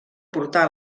portar